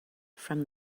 from